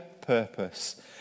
purpose